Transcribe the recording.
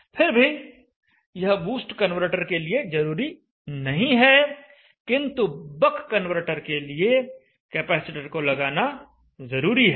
फिर भी यह बूस्ट कन्वर्टर के लिए जरूरी नहीं है किंतु बक कन्वर्टर के लिए कैपेसिटर का लगाना जरूरी है